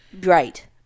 Right